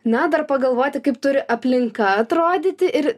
na dar pagalvoti kaip turi aplinka atrodyti ir